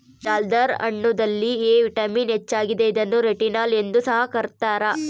ಜಲ್ದರ್ ಹಣ್ಣುದಲ್ಲಿ A vitamin ಹೆಚ್ಚಾಗಿದೆ ಇದನ್ನು ರೆಟಿನೋಲ್ ಎಂದು ಸಹ ಕರ್ತ್ಯರ